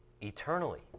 eternally